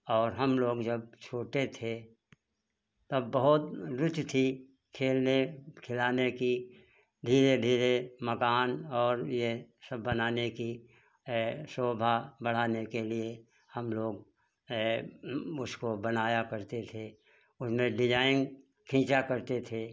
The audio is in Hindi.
और हम लोग जब छोटे थे तब बहुत रूचि थी खेलने खिलाने की धीरे धीरे मकान और ये सब बनाने की सोभा बढ़ाने के लिए हम लोग उसको बनाया करते थे उसमें डिजाइन खींचा करते थे